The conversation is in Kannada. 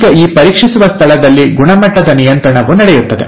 ಈಗ ಈ ಪರೀಕ್ಷಿಸುವ ಸ್ಥಳದಲ್ಲಿ ಗುಣಮಟ್ಟದ ನಿಯಂತ್ರಣವು ನಡೆಯುತ್ತದೆ